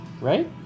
right